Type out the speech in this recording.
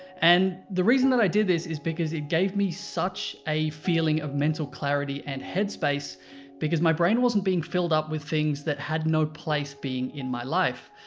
and the reason that i did this is because it gave me such a feeling of mental clarity and head space because my brain wasn't being filled up with things that had no place being in my life.